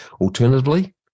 Alternatively